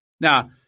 Now